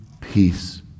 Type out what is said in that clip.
peace